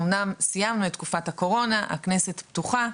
אומנם סיימנו את תקופת הקורונה, הכנסת פתוחה.